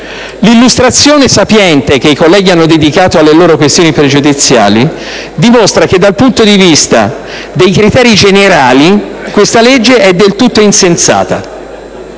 L'illustrazione sapiente che i colleghi hanno dedicato alle loro questioni pregiudiziali dimostra che dal punto di vista dei criteri generali questa legge è del tutto insensata.